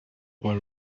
boy